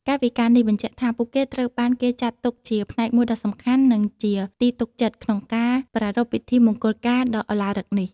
កាយវិការនេះបញ្ជាក់ថា ពួកគេត្រូវបានគេចាត់ទុកជា ផ្នែកមួយដ៏សំខាន់ និងជាទីទុកចិត្ត ក្នុងការប្រារព្ធពិធីមង្គលការដ៏ឧឡារិកនេះ។